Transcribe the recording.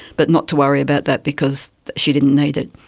but not to worry about that because she didn't need it.